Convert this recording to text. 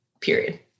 period